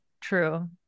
true